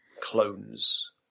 Clones